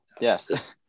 yes